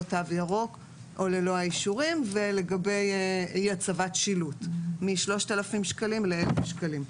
תו ירוק או ללא האישורים ולגבי אי הצבת שילוט מ-3,000 ₪ ל-1,000 ₪.